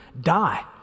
die